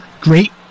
great